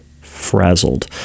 frazzled